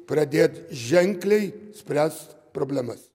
pradėt ženkliai spręst problemas